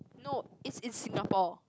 no is in Singapore